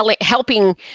helping